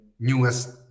newest